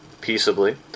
peaceably